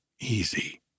easy